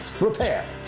repair